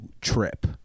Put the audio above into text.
trip